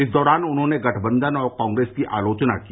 इस दौरान उन्होंने गठबंधन और कॉग्रेस की आलोचना की